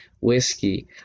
Whiskey